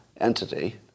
entity